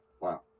Wow